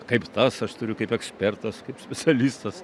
kaip tas aš turiu kaip ekspertas kaip specialistas